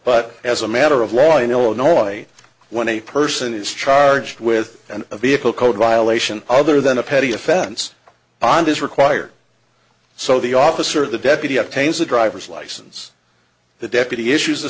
but as a matter of law in illinois when a person is charged with an a vehicle code violation other than a petty offense bond is required so the officer the deputy attains a driver's license the deputy issues a